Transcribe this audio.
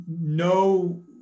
no